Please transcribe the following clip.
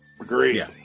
Agreed